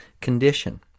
condition